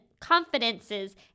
confidences